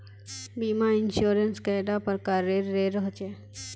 बीमा इंश्योरेंस कैडा प्रकारेर रेर होचे